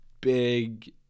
big